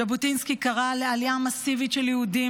ז'בוטינסקי קרא לעלייה מסיבית של יהודים